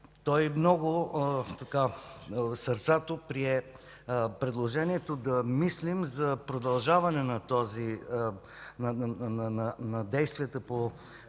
той много сърцато прие предложението да мислим за продължаване на действията в